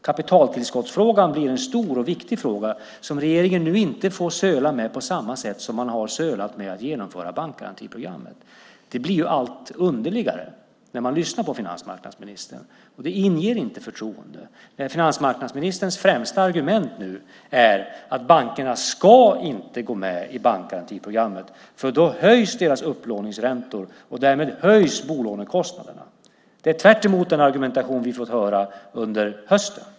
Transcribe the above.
Kapitaltillskottsfrågan blir en stor och viktig fråga som regeringen nu inte får söla med på samma sätt som man har sölat med att genomföra bankgarantiprogrammet. Det blir allt underligare när man lyssnar på finansmarknadsministern. Det inger inte förtroende när finansmarknadsministerns främsta argument nu är att bankerna inte ska gå med i bankgarantiprogrammet, för då höjs deras upplåningsräntor och därmed höjs bolånekostnaderna. Det är tvärtemot den argumentation vi fått höra under hösten.